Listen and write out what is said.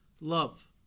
love